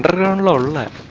lola